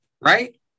right